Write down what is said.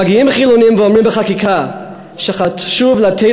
מגיעים חילונים ואומרים בחקיקה שחשוב לתת